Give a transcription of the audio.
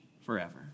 forever